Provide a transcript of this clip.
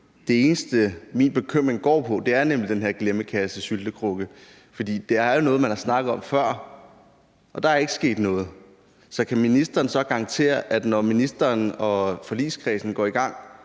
Det eneste, min bekymring går på, er nemlig det med den her glemmekasse, syltekrukken, for det her er jo noget, man har snakket om før, og der er ikke sket noget. Så kan ministeren garantere, at der, når ministeren og forligskredsen går i gang